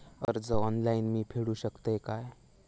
कर्ज ऑनलाइन मी फेडूक शकतय काय?